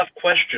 question